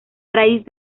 raíz